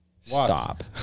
stop